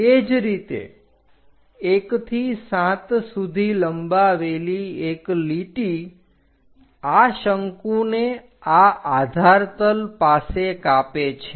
તે જ રીતે 1 થી 7 સુધી લંબાવેલી એક લીટી આ શંકુને આ આધાર તલ પાસે કાપે છે